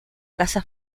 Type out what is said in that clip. caza